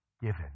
given